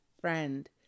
friend